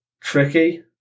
tricky